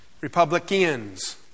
Republicans